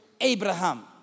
Abraham